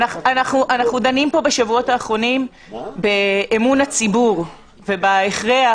אנחנו דנים פה בשבועות האחרונים באמון הציבור ובהכריח,